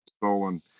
stolen